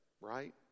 right